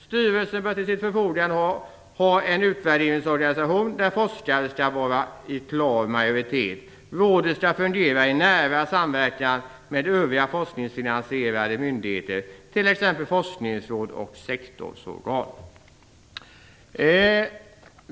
Styrelsen bör till sitt förfogande ha en utvärderingsorganisation där forskare skall vara i klar majoritet. Rådet skall fungera i nära samverkan med övriga forskningsfinansierade myndigheter, t.ex.